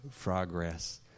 progress